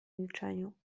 milczeniu